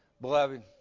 Beloved